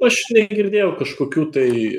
aš negirdėjau kažkokių tai